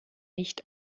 nicht